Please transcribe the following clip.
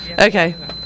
Okay